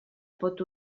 pot